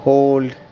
Hold